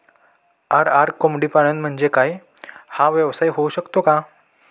RR कोंबडीपालन म्हणजे काय? हा व्यवसाय होऊ शकतो का?